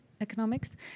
economics